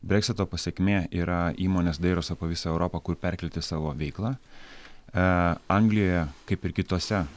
breksito pasekmė yra įmonės dairosi po visą europą kur perkelti savo veiklą ee anglijoje kaip ir kitose